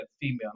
female